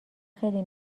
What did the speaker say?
خیلی